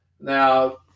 now